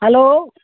hello